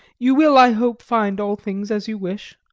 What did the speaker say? you will, i hope, find all things as you wish.